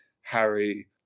Harry